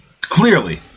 Clearly